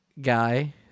guy